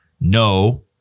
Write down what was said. no